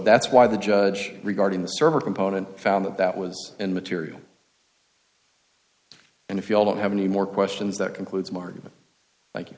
that's why the judge regarding the server component found that that was in material and if you don't have any more questions that concludes mar